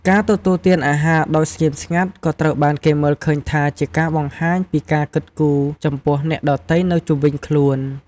ការទទួលទានអាហារដោយស្ងៀមស្ងាត់ក៏ត្រូវបានគេមើលឃើញថាជាការបង្ហាញពីការគិតគូរចំពោះអ្នកដទៃនៅជុំវិញខ្លួន។